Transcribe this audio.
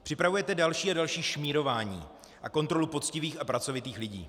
Připravujete další a další šmírování a kontrolu poctivých a pracovitých lidí.